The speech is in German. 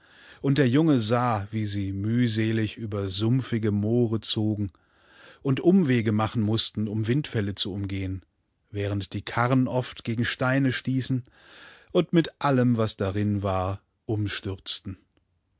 und der junge sah wie sie mühselig über sumpfige moore zogen und umwegemachenmußten umwindfällezuumgehen währenddiekarrenoft gegen steine stießen und mit allem was darin war umstürzten